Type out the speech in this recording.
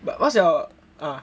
but what's your